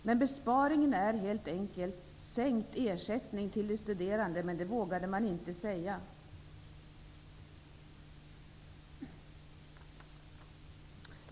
Men besparingen är helt enkelt sänkt ersättning till de studerande, men det vågade de inte säga.